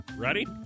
Ready